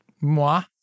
moi